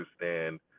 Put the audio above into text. understand